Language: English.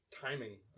timing